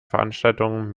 veranstaltung